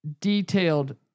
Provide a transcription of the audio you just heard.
detailed